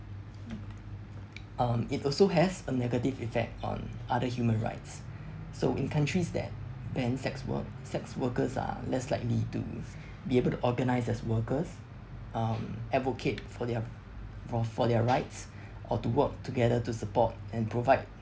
um it also has a negative effect on other human rights so in countries that ban sex work sex workers are less likely to be able to organise as workers um advocate for their uh for their rights or to work together to support and provide